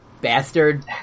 bastard